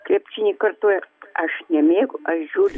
krepšinį kartoja aš nemiegu aš žiūriu